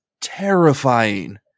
terrifying